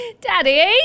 Daddy